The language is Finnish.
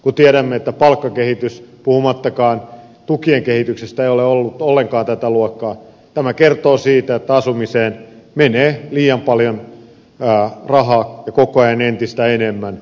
kun tiedämme että palkkakehitys puhumattakaan tukien kehityksestä ei ole ollut ollenkaan tätä luokaa tämä kertoo siitä että asumiseen menee liian paljon rahaa ja koko ajan entistä enemmän